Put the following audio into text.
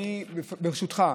ברשותך,